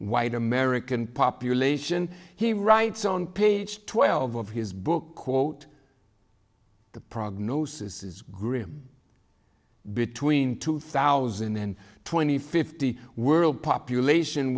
white american population he writes on page twelve of his book quote the prognosis is grim between two thousand and twenty fifty world population